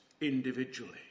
individually